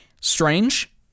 Strange